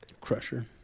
Crusher